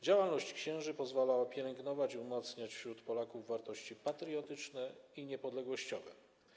Działalność księży pozwalała pielęgnować i umacniać wśród Polaków wartości patriotyczne i niepodległościowe.